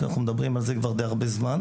כי אנחנו מדברים על זה כבר די הרבה זמן.